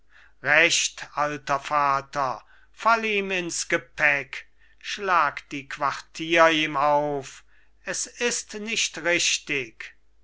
recht alter vater fall ihm ins gepäck schlag die quartier ihm auf es ist nicht richtig